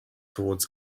toward